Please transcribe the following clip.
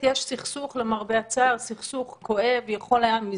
האם קיים כן או לא,